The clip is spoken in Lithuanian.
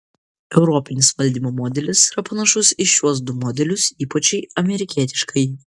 europinis valdymo modelis yra panašus į šiuos du modelius ypač į amerikietiškąjį